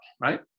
right